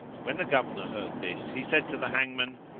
when the governor heard this he said to the hangman,